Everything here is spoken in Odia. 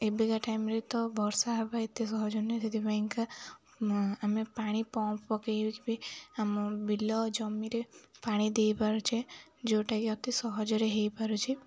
ଏବେକା ଟାଇମ୍ରେ ତ ବର୍ଷା ହେବା ଏତେ ସହଜ ନୁହଁ ସେଥିପାଇଁକା ଆମେ ପାଣି ପମ୍ପ୍ ପକେଇକି ବି ଆମ ବିଲ ଜମିରେ ପାଣି ଦେଇପାରୁଛେ ଯୋଉଟାକି ଅତି ସହଜରେ ହେଇପାରୁଛେ